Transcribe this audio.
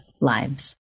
lives